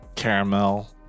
caramel